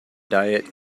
diet